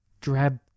drab